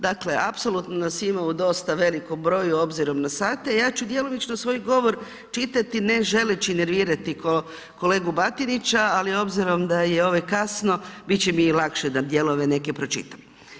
Dakle, apsolutno nas ima u dosta velikom broju obzirom na sate i ja ću djelomično svoj govor čitati ne želeći nervirati kolegu Batinića ali obzirom da je ovaj kasno bit će mi i lakše da dijelove neke pročitam.